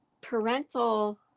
parental